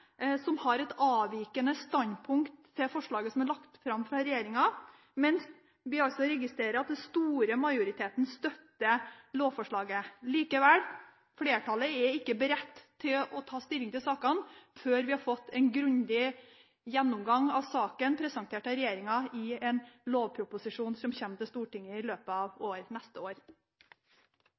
er lagt fram fra regjeringen, mens vi registrerer at den store majoriteten støtter lovforslaget. Likevel – flertallet er ikke beredt til å ta stilling til saken før vi har fått en grundig gjennomgang av saken presentert av regjeringen i en lovproposisjon, som kommer til Stortinget i løpet av neste år.